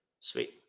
Sweet